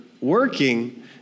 working